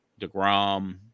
Degrom